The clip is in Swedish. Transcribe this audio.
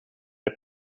det